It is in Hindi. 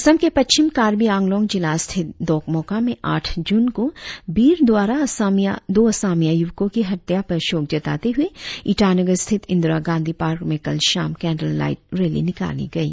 असम के पश्चिम कारबी आंगलोंग जिला स्थित दोकमोका में आठ जून को भीड़ द्वारा दो असमिया युवको की हत्या पर शोक जताते हुए ईटानगर स्थित इंदिरा गांधी पार्क में कल शाम केंडल लाईट रैली निकाली गई